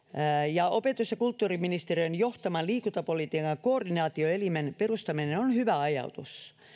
ja opetus ja kulttuuriministeriön johtaman liikuntapolitiikan koordinaatioelimen perustaminen on hyvä ajatus